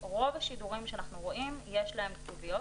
רוב השידורים שאנחנו רואים יש להם כתוביות,